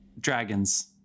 Dragons